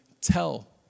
tell